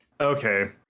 Okay